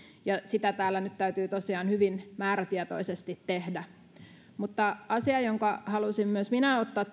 ja sitä täällä nyt täytyy tosiaan hyvin määrätietoisesti tehdä asia jonka myös minä halusin ottaa